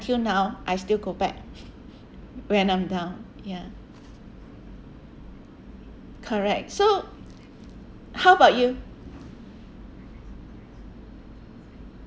until now I still go back when I'm down ya correct so how about you